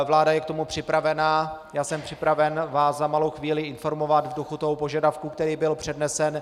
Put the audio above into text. Vláda je k tomu připravena, já jsem připraven vás za malou chvíli informovat v duchu požadavku, který byl přednesen.